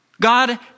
God